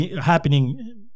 happening